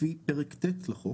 לפי פרק ט' לחוק,